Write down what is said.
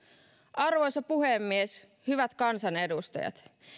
arvoisa puhemies hyvät kansanedustajat